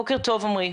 בוקר טוב, עומרי.